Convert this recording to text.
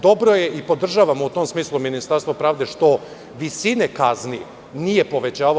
Dobro je i podržavamo u tom smislu Ministarstvo pravde što visine kazni nije povećavao.